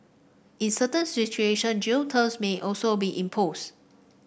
in certain situation jail terms may also be imposed